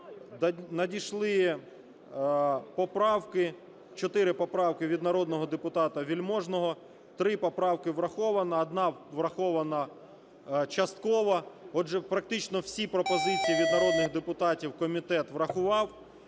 поправки. Чотири поправки від народного депутата Вельможного. Три поправки – враховано, одна – врахована частково. Отже, практично всі пропозиції від народних депутатів комітет врахував.